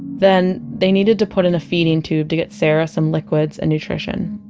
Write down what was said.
then they needed to put in a feeding tube to get sarah some liquids and nutrition